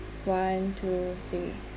one two three